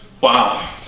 Wow